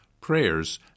prayers